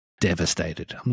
Devastated